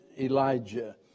Elijah